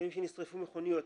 אנחנו יודעים שנשרפו מכוניות,